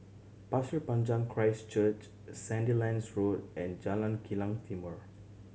Pasir Panjang Christ Church Sandilands Road and Jalan Kilang Timor